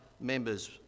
members